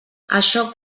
això